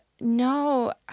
No